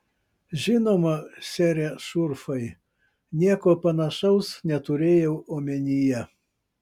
žinoma sere šurfai nieko panašaus neturėjau omenyje